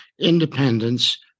independence